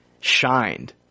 shined